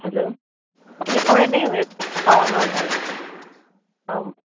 hello আপুনি কৰে নে অঁ হয় হয়